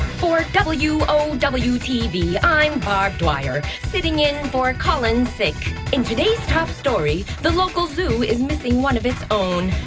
for w o w tv, i'm barb dwyer, sitting in for collin sick. in today's top story, the local zoo is missing one of its own,